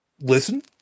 listen